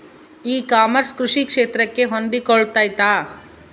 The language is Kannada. ಇ ಕಾಮರ್ಸ್ ಕೃಷಿ ಕ್ಷೇತ್ರಕ್ಕೆ ಹೊಂದಿಕೊಳ್ತೈತಾ?